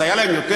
אז היה להם יותר